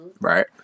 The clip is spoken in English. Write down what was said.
Right